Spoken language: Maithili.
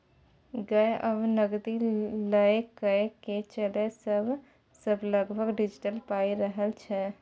गै आब नगदी लए कए के चलै छै सभलग डिजिटले पाइ रहय छै